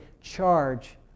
charge